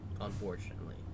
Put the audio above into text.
Unfortunately